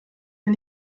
mir